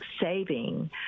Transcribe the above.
saving